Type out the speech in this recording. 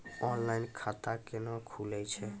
Online खाता केना खुलै छै?